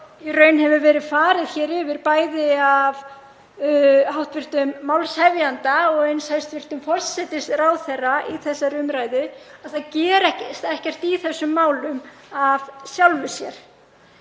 í raun hefur verið farið hér yfir, bæði af hv. málshefjanda og eins hæstv. forsætisráðherra í þessari umræðu, að það gerist ekkert í þessum málum af sjálfu sér.